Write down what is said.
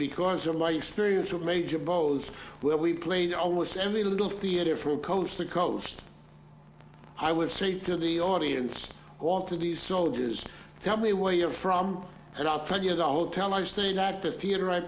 because your life experience or major both where we played almost every little theater from coast to coast i would say to the audience of these soldiers tell me where you're from and i'll tell you the hotel i stayed at the theater i